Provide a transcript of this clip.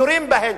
יורים בהן,